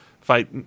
fight